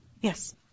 Yes